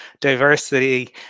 diversity